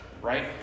right